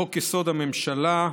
לחוק-יסוד: הממשלה,